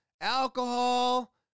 alcohol